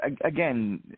again